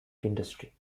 industry